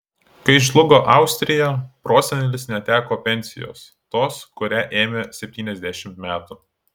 kai žlugo austrija prosenelis neteko pensijos tos kurią ėmė septyniasdešimt metų